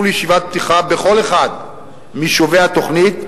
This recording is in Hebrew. לישיבת פתיחה בכל אחד מיישובי התוכנית.